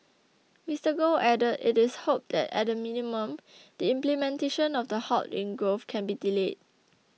Mister Goh added it is hoped that at the minimum the implementation of the halt in growth can be delayed